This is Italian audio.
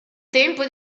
tempo